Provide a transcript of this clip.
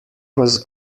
was